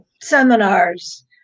seminars